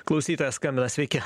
klausytojas skambina sveiki